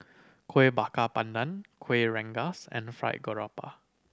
Kuih Bakar Pandan Kuih Rengas and Fried Garoupa